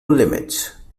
limits